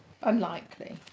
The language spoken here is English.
Unlikely